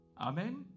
Amen